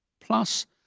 plus